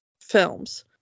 films